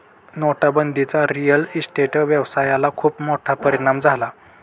नोटाबंदीचा real estate व्यवसायाला खूप मोठा परिणाम झाला